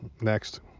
Next